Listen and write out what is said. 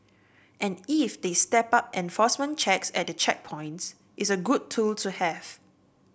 and if they step up enforcement checks at the checkpoints it's a good tool to have